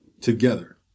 together